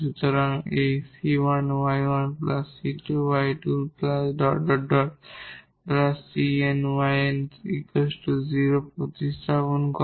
সুতরাং এই 𝑐1𝑦1 𝑐2𝑦2 ⋯ 𝑐𝑛𝑦𝑛 0 প্রতিস্থাপন করে